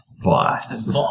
Boss